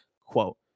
quote